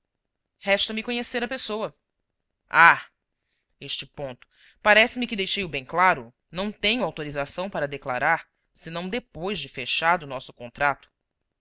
a pessoa ah este ponto parece-me que deixei-o bem claro não tenho autorização para declarar senão depois de fechado nosso contrato